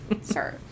Sir